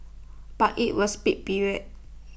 but IT was peak period